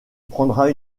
prendra